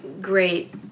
great